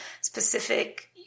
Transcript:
specific